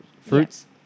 Fruits